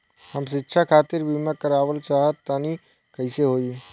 हम शिक्षा खातिर बीमा करावल चाहऽ तनि कइसे होई?